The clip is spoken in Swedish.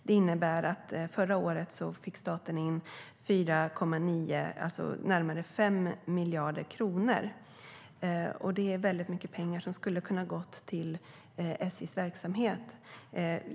Det innebär att staten förra året fick in närmare 5 miljarder kronor. Det är mycket pengar, som skulle ha kunnat gå till SJ:s verksamhet.